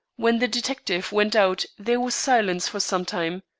when the detective went out there was silence for some time.